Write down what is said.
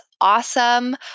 awesome